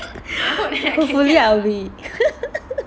hopefully I will be